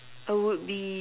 I would be